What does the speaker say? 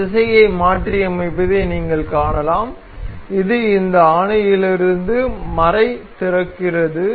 இந்த திசையை மாற்றியமைப்பதை நீங்கள் காணலாம் இது இந்த ஆணியிலிருந்து மறை திறக்கிறது